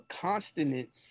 consonants